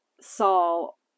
Saul